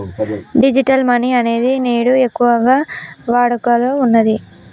digital money అనేది నేడు ఎక్కువగా వాడుకలో ఉన్నది